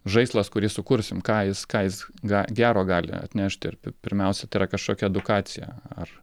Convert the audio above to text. žaislas kurį sukursim ką jis ką jis ga gero gali atnešti ir pi pirmiausia tai yra kažkokia edukacija ar